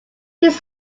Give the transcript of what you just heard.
his